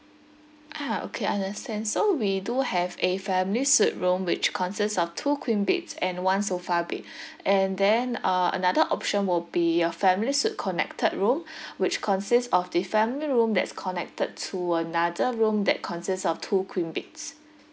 ah okay understand so we do have a family suite room which consists of two queen beds and one sofa bed and then uh another option will be a family suite connected room which consists of the family room that's connected to another room that consists of two queen beds